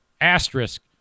asterisk